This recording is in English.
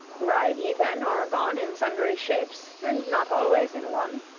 ride ye then or gon in sundry shapes and not always in one?